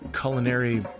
culinary